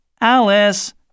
Alice